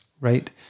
right